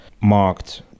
marked